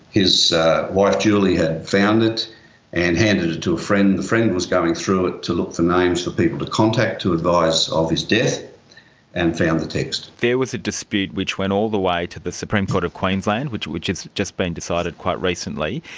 his wife julie had found it and handed it to a friend. the friend was going through it to look for names for people to contact to advise of his death and found the text. there was a dispute which went all the way to the supreme court of queensland which which has just been decided quite recently,